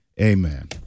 amen